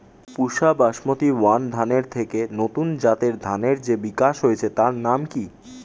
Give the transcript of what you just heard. পুসা basmati one ধানের থেকে নতুন জাতের ধানের যে বিকাশ হয়েছে তার নাম কি?